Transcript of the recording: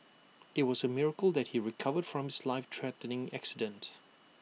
IT was A miracle that he recovered from his life threatening accident